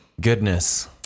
goodness